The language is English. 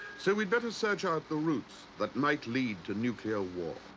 so we'd better search out the roots that might lead to nuclear war.